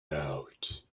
out